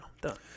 Done